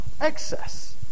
excess